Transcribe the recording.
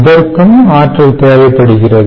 இதற்கும் ஆற்றல் தேவைப்படுகிறது